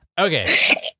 Okay